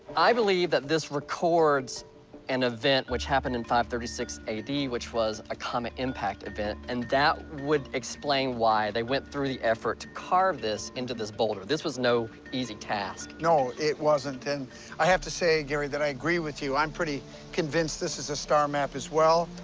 i believe that this records an event which happened in five hundred and thirty six a d, which was a comet impact event, and that would explain why they went through the effort to carve this into this boulder. this was no easy task. no, it wasn't. and i have to say, gary, that i agree with you. i'm pretty convinced this is a star map as well.